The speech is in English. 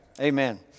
Amen